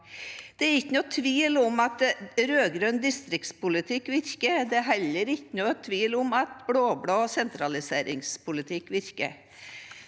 Det er ikke noen tvil om at rød-grønn distriktspolitikk virker. Det er heller ikke noen tvil om at blå-blå sentraliseringspolitikk virker.